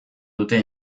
dute